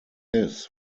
this